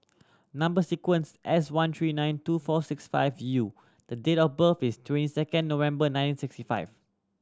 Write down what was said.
number sequence S one three nine two four six five U and date of birth is twenty second November nineteen sixty five